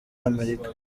amerika